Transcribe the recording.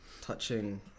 touching